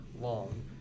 long